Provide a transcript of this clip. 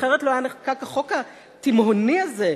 אחרת לא היה נחקק החוק התימהוני הזה.